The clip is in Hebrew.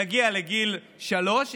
יגיע לגיל שלוש,